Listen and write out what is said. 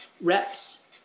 reps